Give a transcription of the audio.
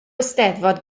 eisteddfod